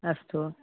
अस्तु